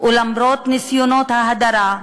ולמרות ניסיונות ההדרה,